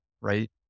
right